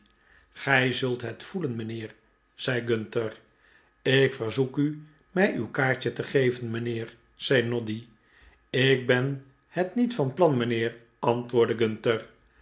gij zult het voelen mijnheer zei gunter ik verzoek u mij uw kaartje te geven mijnheer zei noddy ik ben het niet van plan mijnheer antwoordde gimter